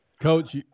Coach